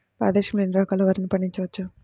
భారతదేశంలో ఎన్ని రకాల వరిని పండించవచ్చు